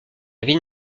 ville